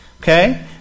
Okay